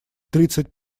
тридцать